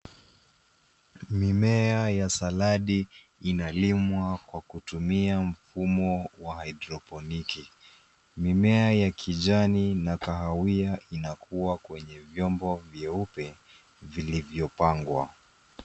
Mimea ya saladi inalimwa kwa kutumia mfumo wa [cs ] hydroponic[cs ]. Mimea ya kijani na kahawia inakua kwa vyombo vyeupe vilivyo pangwa.